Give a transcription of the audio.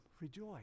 rejoice